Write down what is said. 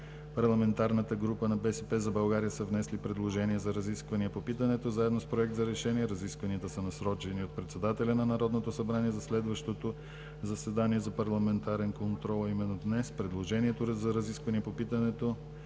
парламентарната група на „БСП за България“ са внесли предложение за разисквания по питането заедно с Проект за решение. Разискванията са насрочени от председателя на Народното събрание за следващото заседание за парламентарен контрол, а именно днес. Предложението за разисквания по питането